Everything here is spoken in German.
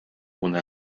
ohne